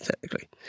technically